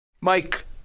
Mike